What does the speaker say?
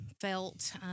felt